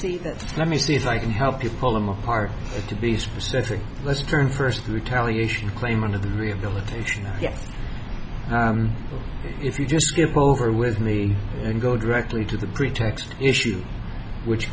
that let me see if i can help you pull them apart to be specific let's turn first retaliation claim one of the rehabilitation i guess if you just give over with me and go directly to the pretext issue which